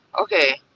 Okay